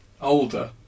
older